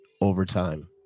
overtime